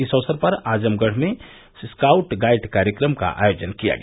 इस अवसर पर आजमगढ़ में स्काउट गाइड कार्यक्रम का आयोजन किया गया